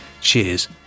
Cheers